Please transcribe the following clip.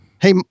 Hey